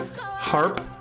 harp